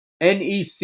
NEC